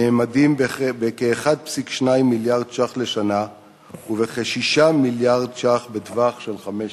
נאמדים ב-1.2 מיליארד ש"ח לשנה וב-6 מיליארד ש"ח בטווח של חמש שנים,